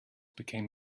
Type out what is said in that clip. became